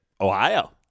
Ohio